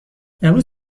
امروز